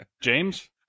James